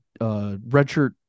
redshirt